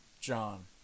John